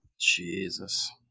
Jesus